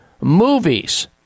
movies